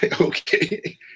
Okay